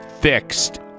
fixed